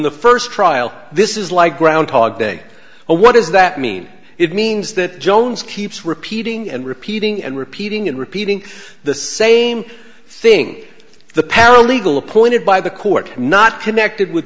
the first trial this is like groundhog day a what does that mean it means that jones keeps repeating and repeating and repeating and repeating the same thing the paralegal appointed by the court not connected with